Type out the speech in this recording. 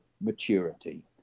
maturity